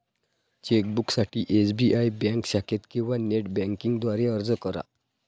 चेकबुकसाठी SBI bank शाखेत किंवा नेट बँकिंग द्वारे अर्ज करा